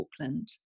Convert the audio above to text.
Auckland